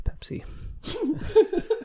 Pepsi